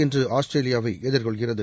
இன்று ஆஸ்திரேலியாவை எதிர்கொள்கிறது